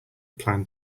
plan